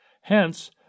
Hence